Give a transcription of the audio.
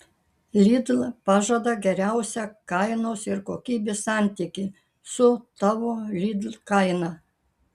lidl pažada geriausią kainos ir kokybės santykį su tavo lidl kaina